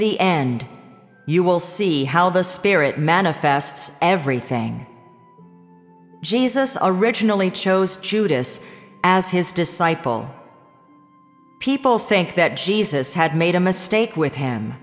the end you will see how the spirit manifests everything jesus originally chose judas as his disciple people think that jesus had made a mistake with him